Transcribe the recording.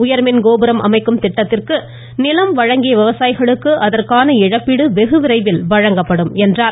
உயர்மின் கோபுரம் அமைக்கும் திட்டத்திற்கு நிலம் வழங்கிய விவசாயிகளுக்கு அதற்கான இழப்பீடு வெகு விரைவில் வழங்கப்படும் என்றார்